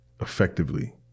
effectively